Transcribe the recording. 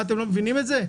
אתם לא מבינים את זה?